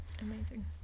Amazing